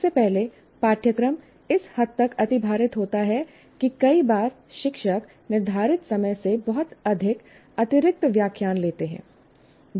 सबसे पहले पाठ्यक्रम इस हद तक अतिभारित होता है कि कई बार शिक्षक निर्धारित समय से बहुत अधिक अतिरिक्त व्याख्यान लेते हैं